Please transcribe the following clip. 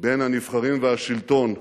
בין הנבחרים והשלטון,